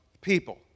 people